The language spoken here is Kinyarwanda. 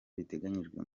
biteganyijwe